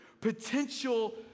potential